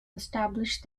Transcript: established